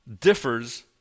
differs